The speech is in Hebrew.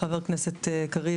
חבר הכנסת קריב,